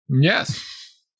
Yes